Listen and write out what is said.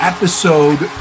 Episode